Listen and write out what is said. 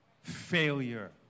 failure